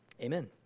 amen